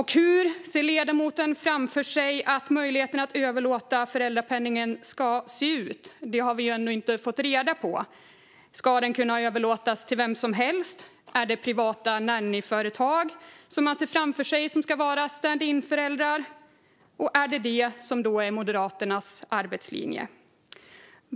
Hur ser ledamoten framför sig att möjligheten att överlåta föräldrapenningen ska se ut? Det har vi ännu inte fått reda på. Ska den kunna överlåtas till vem som helst? Är det privata nannyföretag man ser framför sig som ska vara stand-in-föräldrar? Är det detta som är Moderaternas arbetslinje?